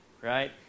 right